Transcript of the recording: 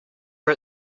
for